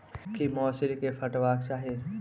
की मौसरी केँ पटेबाक चाहि?